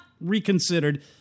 Reconsidered